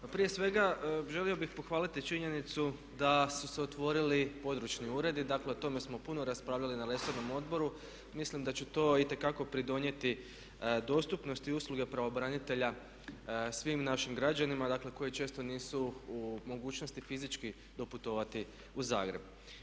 Pa prije svega želio bih pohvaliti činjenicu da su se otvorili područni uredi, dakle o tome smo puno raspravljali na resornom odboru, mislim da će to itekako pridonijeti dostupnosti usluge pravobranitelja svim našim građanima dakle koji često nisu u mogućnosti fizički doputovati u Zagreb.